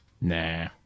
Nah